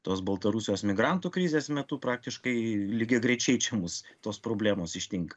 tos baltarusijos migrantų krizės metu praktiškai lygiagrečiai čia mus tos problemos ištinka